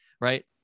Right